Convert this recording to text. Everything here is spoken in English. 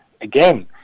again